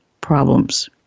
problems